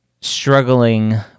struggling